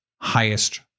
highest